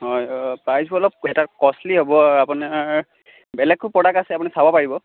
হয় অঁ প্ৰাইচবোৰ অলপ এটা কষ্টলি হ'ব আপোনাৰ বেলেগো প্ৰডাক্ট আছে আপুনি চাব পাৰিব